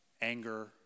anger